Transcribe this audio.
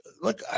look